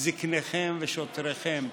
זקניכם ושטריכם,